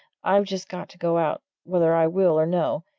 i've just got to go out, whether i will or no,